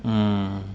mm